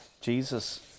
Jesus